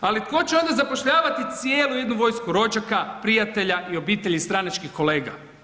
Ali tko će onda zapošljavati cijelu jednu vojsku rođaka, prijatelja i obitelji stranačkih kolega?